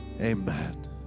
Amen